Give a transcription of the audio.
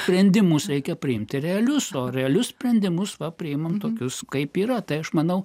sprendimus reikia priimti realius o realius sprendimus priimame tokius kaip yra tai aš manau